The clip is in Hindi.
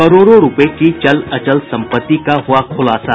करोड़ों रूपये की चल अचल संपत्ति का हुआ खुलासा